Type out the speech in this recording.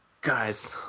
Guys